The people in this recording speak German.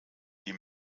die